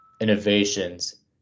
innovations